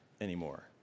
anymore